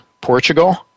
Portugal